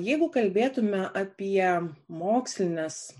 jeigu kalbėtumėme apie mokslines